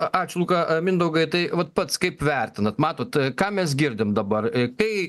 ačiū luka a mindaugai tai vat pats kaip vertinat matot e ką mes girdim dabar kai